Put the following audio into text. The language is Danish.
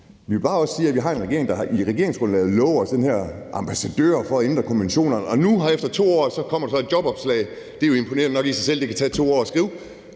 Vi vil bare også sige, at vi har en regering, der i regeringsgrundlaget har lovet os den her ambassadør i forhold til at ændre konventionerne, og nu efter 2 år kommer der så et jobopslag. Det er jo imponerende nok i sig selv, at det kan tage 2 år at skrive.